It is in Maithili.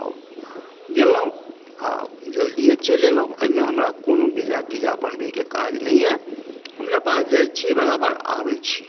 आओर गेलहुँ आ जल्दिये चलि एलहुँ एहिमे हमरा कोनो वीजा तीजा बनबयकेँ काज नहि यऽ हम नेपाल जाइत छी बराबर आबै छी